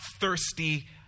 thirsty